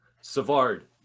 Savard